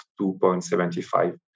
2.75